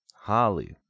Holly